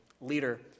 leader